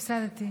אוי, הפסדתי.